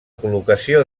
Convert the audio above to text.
col·locació